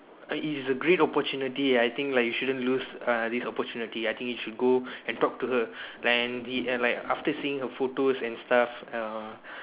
it's a great opportunity I think like you shouldn't lose uh this opportunity I think you should go and talk to her and he and like after seeing her photos and stuff uh